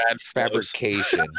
Fabrication